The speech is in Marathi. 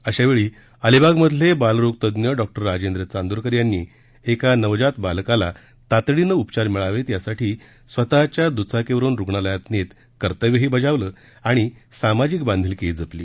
अशावेळी अलिबाग मधले बालरोगतज्ञ डॉक्टर राजेंद्र चांदोरकर यांनी एका नवजात बालकाला तातडीनं उपचार मिळावेत यासाठी स्वतःच्या दुचाकीवरून रुग्णालयात नेत कर्तव्यही बजावलं आणि सामाजिक बांधिलकीही जपली